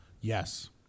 yes